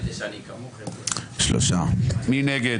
מי נגד?